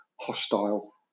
hostile